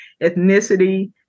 ethnicity